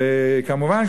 וכמובן,